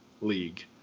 league